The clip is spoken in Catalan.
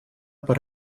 per